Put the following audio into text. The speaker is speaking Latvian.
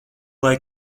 lai